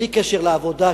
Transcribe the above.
בלי קשר לעבודה,